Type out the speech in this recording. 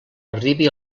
arribi